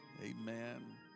Amen